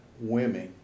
women